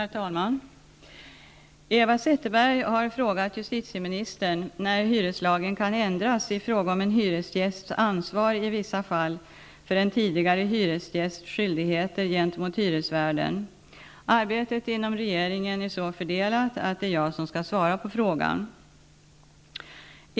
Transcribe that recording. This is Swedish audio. Herr talman! Eva Zetterberg har frågat justiteministern när hyreslagen kan ändras i fråga om en hyresgästs ansvar i vissa fall för en tidigare hyresgästs skyldigheter gentemot hyresvärden. Arbetet inom regeringen är så fördelat att det är jag som skall svara på frågan.